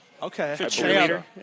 Okay